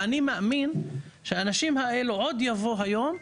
ואני מאמין שהאנשים האלו עוד יבוא היום,